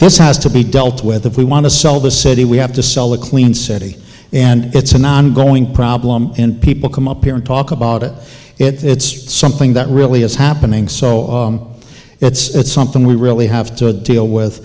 this has to be dealt with if we want to sell the city we have to sell a clean city and it's an ongoing problem and people come up here and talk about it it's something that really is happening so it's something we really have to deal